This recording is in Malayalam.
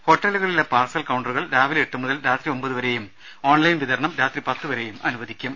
ഹോട്ടലുകളിലെ പാർസൽ കൌണ്ടറുകൾ രാവിലെ എട്ട് മുതൽ രാത്രി ഒമ്പതുവരെയും ഓൺലൈൻ വിതരണം രാത്രി പത്തുവരെയും അനുവദിക്കും